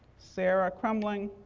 sarah crumling,